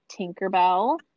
Tinkerbell